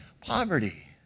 poverty